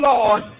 Lord